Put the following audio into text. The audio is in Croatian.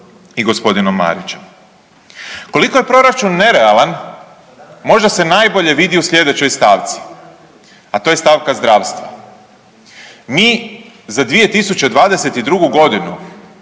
i g. Marićem. Koliko je proračun nerealan možda se najbolje vidi u sljedećoj stavci, a to je stavka zdravstva. Mi za 2022. godinu